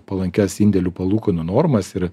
palankias indėlių palūkanų normas ir